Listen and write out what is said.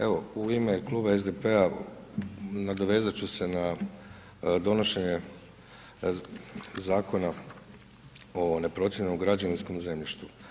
Evo u ime kluba SDP-a nadovezat ću se na donošenje Zakona o neprocijenjenom građevinskom zemljištu.